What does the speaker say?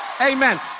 Amen